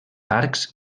arcs